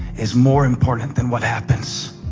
is more important than what happens